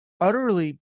utterly